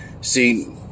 See